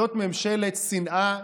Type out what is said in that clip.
זאת ממשלת שנאה,